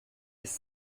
his